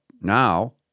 now